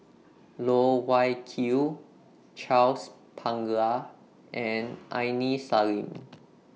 Loh Wai Kiew Charles Paglar and Aini Salim